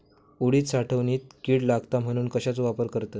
उडीद साठवणीत कीड लागात म्हणून कश्याचो वापर करतत?